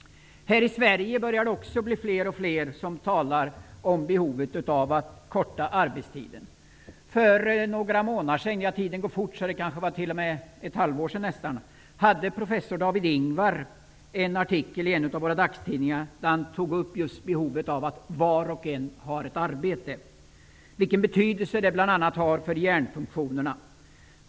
Här i Sverige börjar det också bli fler och fler som talar om behovet av att korta arbetstiden. För några månader sedan -- tiden går fort, så det kanske t.o.m. var nästan ett halvår sedan -- hade professor David Ingvar en artikel i en av våra dagstidningar där han tog upp just behovet av att var och en har ett arbete, vilken betydelse det har bl.a. för hjärnfunktionerna.